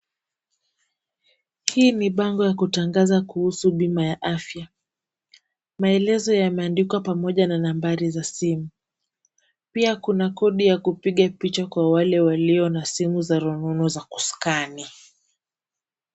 Hii ni bango ni yakutangaza kuhusu bima ya afya. Maelezo yameandikwa pamoja na nambari za simu, pia kuna kodi ya kupiga picha kwa wale walio na simu za rununu za kuskani.